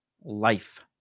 life